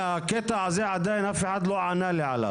הקטע הזה, עדיין אף אחד לא ענה לי עליו.